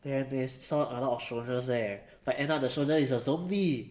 there they saw a lot of soldiers there but end up the soldiers is a zombie